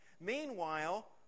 Meanwhile